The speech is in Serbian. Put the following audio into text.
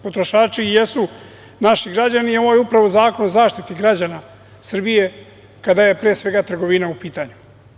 Potrošači jesu naši građani i ovo je upravo Zakon o zaštiti građana Srbije, kada je pre svega trgovina u pitanju.